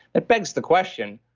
that begs the question,